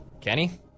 Kenny